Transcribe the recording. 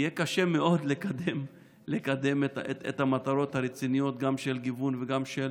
יהיה קשה מאוד לקדם את המטרות הרציניות גם של גיוון וגם של